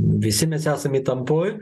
visi mes esam įtampoj